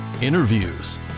interviews